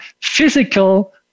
physical